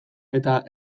eta